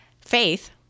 faith